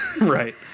Right